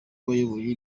wayoboye